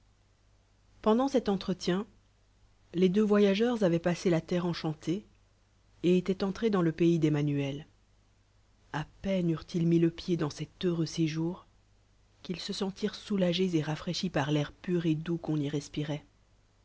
pendant cet entretien les deux yoyagears avoient passé la terre enchantée et étoient entrés dans le pays d'emmanuel â peine eurentils mis le pied dans cet heureux séjour qu'ils se sentirent soulagée et rafraicbis par l'air pu et doux qu'on y respirait